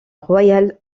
royal